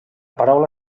paraula